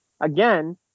again